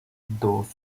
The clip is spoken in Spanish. dos